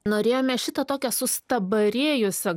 norėjome šito tokio sustabarėjusio